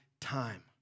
time